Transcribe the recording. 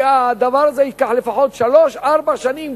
כי הדבר הזה ייקח לפחות שלוש-ארבע שנים,